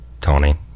Tony